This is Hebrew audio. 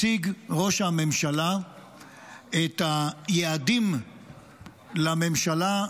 הציג ראש הממשלה את היעדים לממשלה,